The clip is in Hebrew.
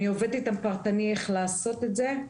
אני עובדת איתם פרטני איך לעשות את זה.